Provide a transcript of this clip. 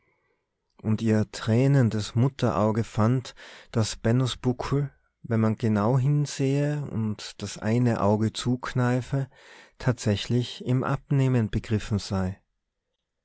und ihr tränendes mutterauge fand daß bennos buckel wenn man genau hinsehe und das eine auge zukneife tatsächlich im abnehmen begriffen sei